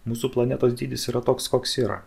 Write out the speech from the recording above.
mūsų planetos dydis yra toks koks yra